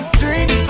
drink